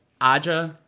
aja